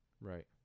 right